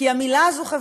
כי המילה הזו, "חברתית",